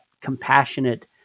compassionate